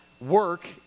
work